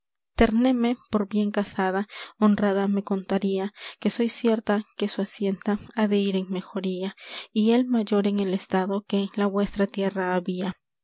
ternéme por bien casada honrada me contaría que soy cierta que su hacienda ha de ir en mejoría y él mayor en el estado que en la vuestra tierra había